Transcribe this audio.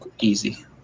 easy